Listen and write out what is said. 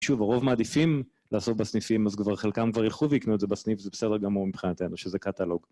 שוב, הרוב מעדיפים לעשות בסניפים, אז כבר חלקם כבר ילכו ויקנו את זה בסניף, זה בסדר גמור מבחינתנו, שזה קטלוג.